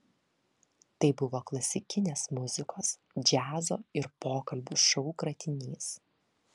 tai buvo klasikinės muzikos džiazo ir pokalbių šou kratinys